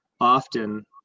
often